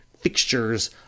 fixtures